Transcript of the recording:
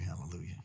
hallelujah